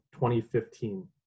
2015